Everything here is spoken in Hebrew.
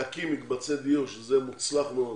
להקים מקצבי דיור, שזה מוצלח מאוד,